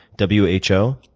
w h o,